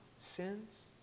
sins